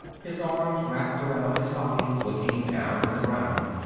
his arms wrapped around his body, looking down at the ground.